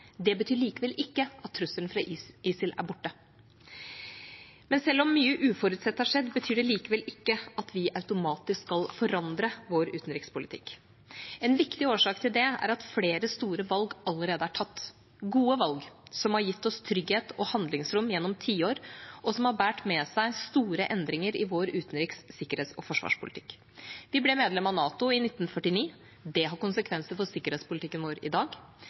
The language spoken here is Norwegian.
Det betyr likevel ikke at trusselen fra ISIL er borte. Selv om mye uforutsett har skjedd, betyr det ikke at vi automatisk skal forandre vår utenrikspolitikk. En viktig årsak til det er at flere store valg allerede er tatt – gode valg, som har gitt oss trygghet og handlingsrom gjennom tiår, og som har båret med seg store endringer i vår utenriks-, sikkerhets- og forsvarspolitikk: Vi ble medlem av NATO i 1949. Det har konsekvenser for sikkerhetspolitikken vår i dag.